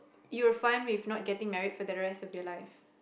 you're fine with not getting married for the rest of your life